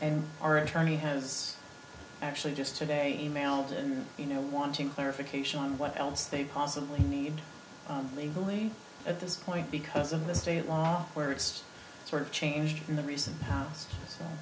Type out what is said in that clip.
in our attorney has actually just today emailed him you know wanting clarification on what else they possibly need legally at this point because of the state law where it's sort of changed in the recent past